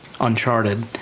Uncharted